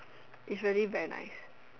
is really very nice